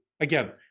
Again